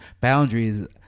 boundaries